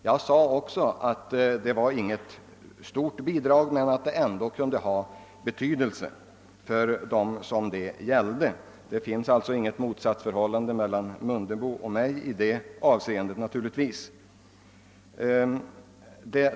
Jag sade att det inte var något stort bidrag men att det ändå kunde ha betydelse för dem som kom i åtnjutande därav. Det råder alltså inget motsatsförhållande mellan herr Mundebo och mig i det avseendet.